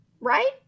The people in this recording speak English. right